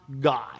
God